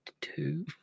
two